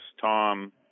Tom